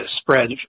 spread